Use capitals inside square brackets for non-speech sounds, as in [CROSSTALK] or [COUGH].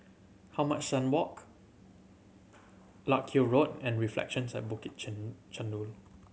how much Sun Walk Larkhill Road and Reflections at Bukit [UNINTELLIGIBLE] Chandu